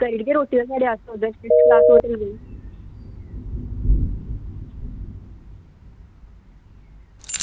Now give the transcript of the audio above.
ते करी लैगे होटल थुआढ़े आस्तै बी